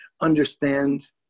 understand